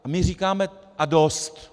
A my říkáme: A dost.